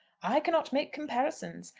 i cannot make comparisons.